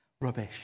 rubbish